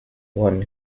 one